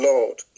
Lord